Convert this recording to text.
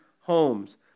homes